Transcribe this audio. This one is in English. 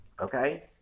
Okay